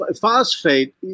phosphate